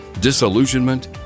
disillusionment